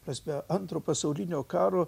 prasme antro pasaulinio karo